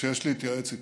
ויש להתייעץ איתם.